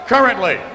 Currently